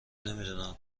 نمیدونم